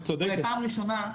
אבל בפעם הראשונה,